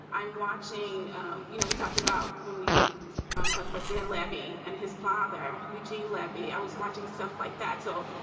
i'm watching you know, we talked about when we um talked about dan levy and his father, eugene levy, i was watching stuff like that. so.